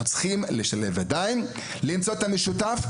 צריכים לשלב ידעים ולפעול במשותף,